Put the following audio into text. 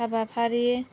हाबाफारि